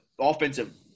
offensive